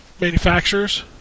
manufacturers